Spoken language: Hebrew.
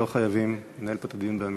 לא חייבים לנהל פה את הדיון בעמידה.